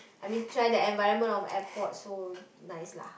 I mean try the environment of airport so nice lah